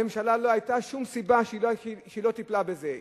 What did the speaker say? הממשלה, לא היתה שום סיבה לכך שהיא לא טיפלה בזה.